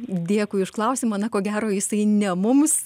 dėkui už klausimą na ko gero jisai ne mums